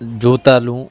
جوتا لوں